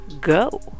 go